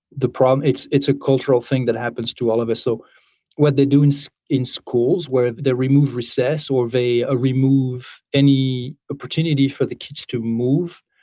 the problem. it's it's a cultural thing that happens to all of us so what they do in schools where they remove recess or they ah remove any opportunity for the kids to move,